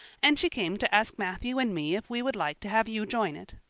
and she came to ask matthew and me if we would like to have you join it.